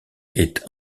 est